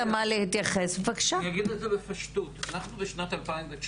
אני אגיד את זה בפשטות, אנחנו בשנת 2019